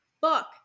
book